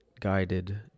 guided